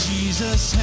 Jesus